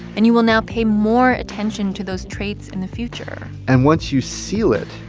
and you will now pay more attention to those traits in the future and once you seal it